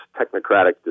technocratic